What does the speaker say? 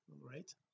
right